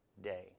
day